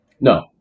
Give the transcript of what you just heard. No